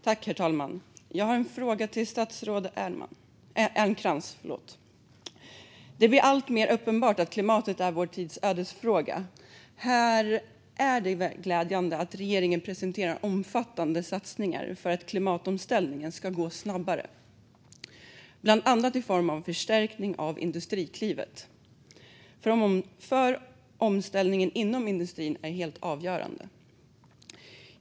Herr talman! Jag har en fråga till statsrådet Ernkrans. Det blir alltmer uppenbart att klimatet är vår tids ödesfråga. Här är det glädjande att regeringen presenterar omfattande satsningar för att klimatomställningen ska gå snabbare, bland annat i form av förstärkning av Industriklivet. Omställningen inom industrin är helt avgörande.